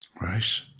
right